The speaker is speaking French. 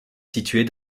située